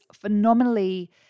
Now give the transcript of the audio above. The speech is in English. phenomenally